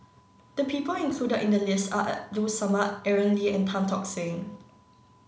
the people included in the list are Abdul Samad Aaron Lee and Tan Tock Seng